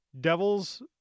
Devils